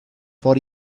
for